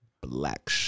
black